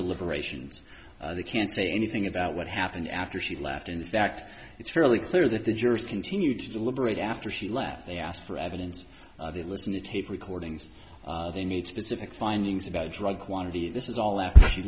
deliberations they can't say anything about what happened after she left in fact it's fairly clear that the jurors continue to deliberate after she left they asked for evidence they listen to tape recordings they need specific findings about a drug quantity this is all after she